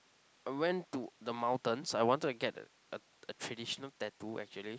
I went to the mountains I wanted to get a a a traditional tattoo actually